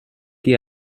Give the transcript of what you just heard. qui